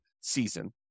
season